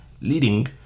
leading